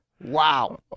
wow